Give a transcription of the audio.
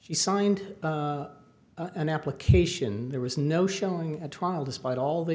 she signed an application there was no showing at trial despite all the